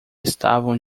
estavam